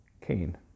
Cain